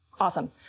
Awesome